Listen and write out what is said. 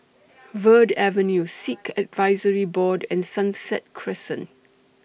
Verde Avenue Sikh Advisory Board and Sunset Crescent